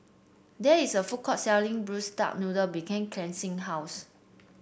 there is a food court selling Braised Duck Noodle behind Kelcie's house